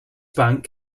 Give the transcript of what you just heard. bank